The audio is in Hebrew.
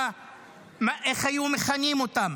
איך היו מכנים אותם.